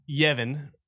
Yevon